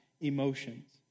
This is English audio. emotions